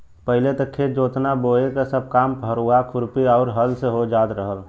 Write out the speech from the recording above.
पहिले त खेत जोतना बोये क सब काम फरुहा, खुरपी आउर हल से हो जात रहल